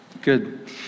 Good